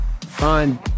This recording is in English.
fine